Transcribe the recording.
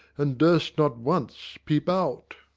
and durst not once peep out.